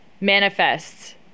manifests